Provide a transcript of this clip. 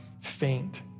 faint